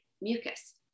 mucus